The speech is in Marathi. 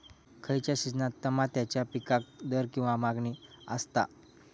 खयच्या सिजनात तमात्याच्या पीकाक दर किंवा मागणी आसता?